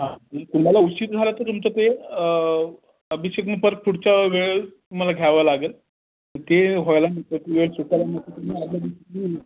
हां मग तुम्हाला उशीर झाला तर तुमचं ते अभिषेक मग परत पुढच्या वेळेस तुम्हाला घ्यावा लागेल ते व्हायला नको ती वेळ चुकायला नको म्हणून आधल्या दिवशी या